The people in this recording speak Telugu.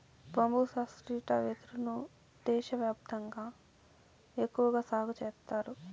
బంబూసా స్త్రిటా వెదురు ను దేశ వ్యాప్తంగా ఎక్కువగా సాగు చేత్తారు